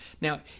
Now